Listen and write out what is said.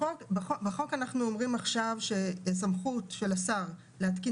בחוק אנחנו אומרים עכשיו שסמכות של השר להתקין